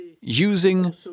using